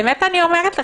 באמת אני אומרת לך.